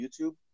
YouTube